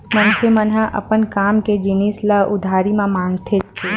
मनखे मन ह अपन काम के जिनिस ल उधारी म मांगथेच्चे